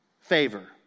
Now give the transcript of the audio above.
favor